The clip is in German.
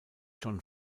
john